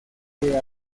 que